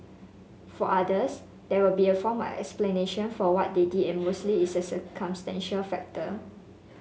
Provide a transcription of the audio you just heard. for others there will be a form of explanation for what they did and mostly it's a circumstantial factor